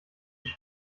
sich